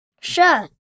Sure